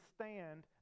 stand